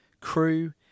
crew